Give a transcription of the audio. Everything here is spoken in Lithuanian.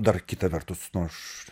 dar kita vertus aš